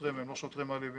השוטרים הם לא שוטרים אלימים,